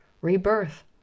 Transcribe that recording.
rebirth